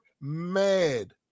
mad